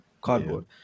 cardboard